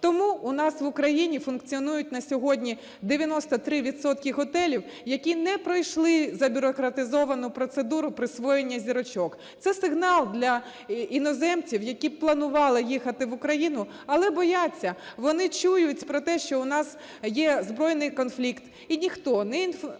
Тому у нас в Україні функціонують на сьогодні 93 відсотки готелів, які не пройшли забюрократизовану процедуру присвоєння зірочок. Це сигнал для іноземців, які планували їхати в Україну, але бояться. Вони чують про те, що у нас є збройний конфлікт, і ніхто – ні